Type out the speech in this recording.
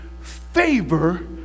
Favor